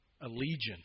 allegiance